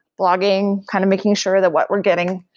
blogging, kind of making sure that what we're getting,